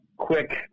quick